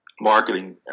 marketing